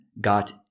got